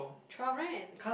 twelve right